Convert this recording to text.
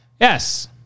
Yes